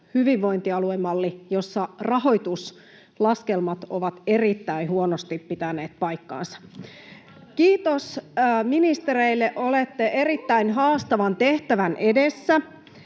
hyvinvointialuemalli, jossa rahoituslaskelmat ovat erittäin huonosti pitäneet paikkansa. [Krista Kiurun välihuuto] Kiitos ministereille, olette erittäin haastavan tehtävän edessä.